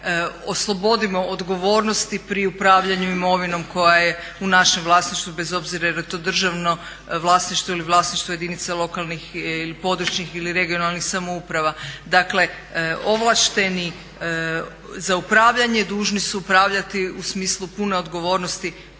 oslobodimo odgovornost pri upravljanju imovinom koja je u našem vlasništvu bez obzira jel' je to državno vlasništvo ili vlasništvo jedinice lokalnih ili područnih ili regionalnih samouprava. Dakle, ovlašteni za upravljanje dužni su upravljati u smislu pune odgovornosti